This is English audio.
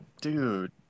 Dude